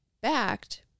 backed